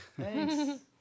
Thanks